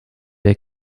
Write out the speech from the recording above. der